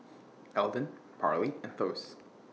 Elden Parley and Thos